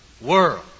world